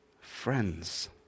friends